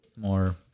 more